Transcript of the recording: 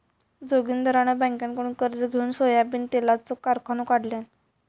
जोगिंदरान बँककडुन कर्ज घेउन सोयाबीन तेलाचो कारखानो काढल्यान